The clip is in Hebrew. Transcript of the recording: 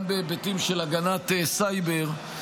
גם בהיבטים של הגנת סייבר,